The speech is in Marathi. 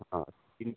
हा तीन